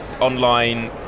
online